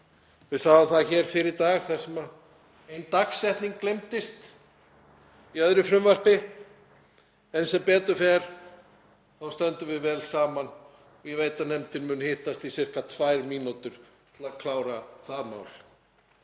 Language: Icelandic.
Við sáum það hér fyrr í dag þar sem ein dagsetning gleymdist í öðru frumvarpi. En sem betur fer stöndum við vel saman og ég veit að nefndin mun hittast í sirka tvær mínútur til að klára það mál.